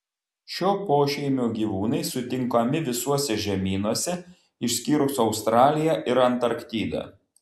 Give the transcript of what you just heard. šio pošeimio gyvūnai sutinkami visuose žemynuose išskyrus australiją ir antarktidą